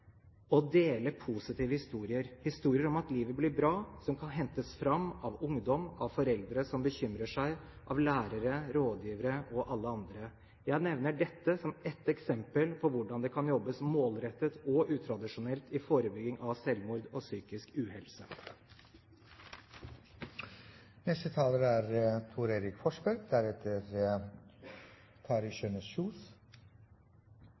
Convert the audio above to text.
å dele positive historier – historier om at livet blir bra – som kan hentes fram av ungdom, av foreldre som bekymrer seg, av lærere, av rådgivere og alle andre. Jeg nevner dette som ett eksempel på hvordan det kan jobbes målrettet og utradisjonelt i forbindelse med forebygging av selvmord og psykisk uhelse. Det er